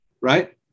right